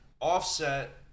Offset